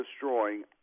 destroying